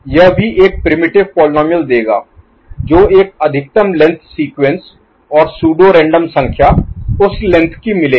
यह भी एक प्रिमिटिव Primitive आदिम पोलीनोमिअल देगा जो एक अधिकतम लेंथ सीक्वेंस और सूडो रैंडम संख्या उस लेंथ की मिलेगी